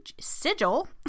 sigil